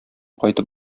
кайтып